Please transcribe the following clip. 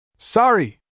Sorry